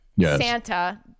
Santa